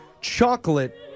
chocolate